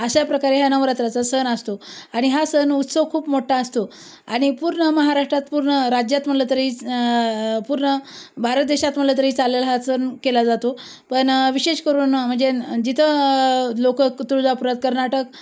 अशा प्रकारे हा नवरात्राचा सण असतो आणि हा सण उत्सव खूप मोठा असतो आणि पूर्ण महाराष्ट्रात पूर्ण राज्यात म्हटलं तरी पूर्ण भारत देशात म्हटलं तरी चालेल हा सण केला जातो पण विशेष करून म्हणजे जिथं लोकं कु तुळजापुरात कर्नाटक